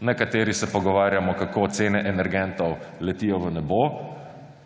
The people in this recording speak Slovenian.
na kateri se pogovarjamo, kako cene energentov letijo v nebo